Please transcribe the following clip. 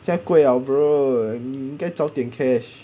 在贵了 bro 你应该早点 cash